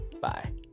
Bye